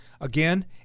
Again